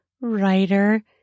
writer